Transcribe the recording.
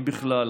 אם בכלל.